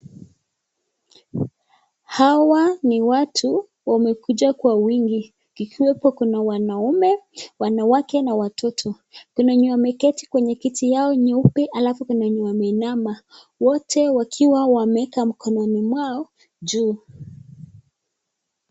Hawa ni watu wamekuja kwa wingi, ikiwepo kuna wanaume, wanawake na watoto, kuna wenye wameketi kwenye kiti yao nyeupe halafu kuna wenye wameinama, wote wakiwa wameeka mkononi mwao juu.